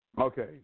Okay